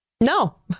No